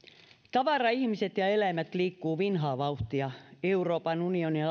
tavara ihmiset ja eläimet liikkuvat vinhaa vauhtia euroopan unionin